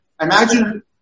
Imagine